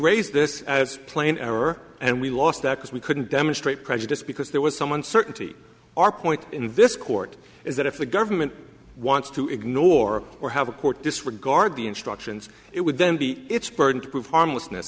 raise this as plain error and we lost that because we couldn't demonstrate prejudice because there was someone certainty our point in this court is that if the government wants to ignore or have a court disregard the instructions it would then be its burden to prove harmless